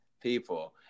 people